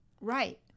right